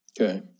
Okay